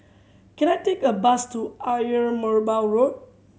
can I take a bus to Ayer Merbau Road